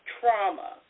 trauma